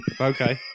Okay